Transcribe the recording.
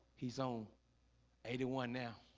he's on a t one now